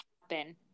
happen